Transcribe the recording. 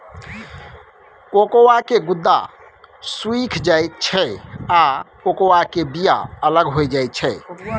cocoa के गुद्दा सुइख जाइ छइ आ कोकोआ के बिया अलग हो जाइ छइ